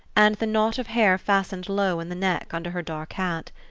and the knot of hair fastened low in the neck under her dark hat,